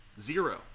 Zero